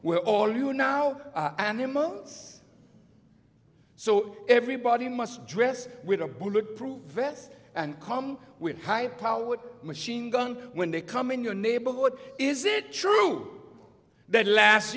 where all you now animals so everybody must dress with a bulletproof vest and come with a high powered machine gun when they come in your neighborhood is it true that last